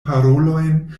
parolojn